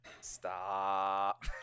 Stop